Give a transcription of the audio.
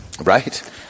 right